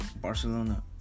Barcelona